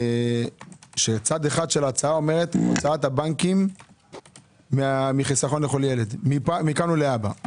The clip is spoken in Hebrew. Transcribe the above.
שצידה האחד אומרת הוצאת הבנקים מחיסכון לכל ילד מכאן ולהבא.